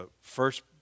first